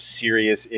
serious